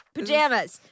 Pajamas